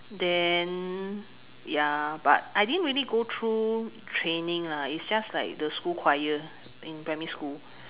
then ya but I didn't really go through training lah it's just like the school choir in primary school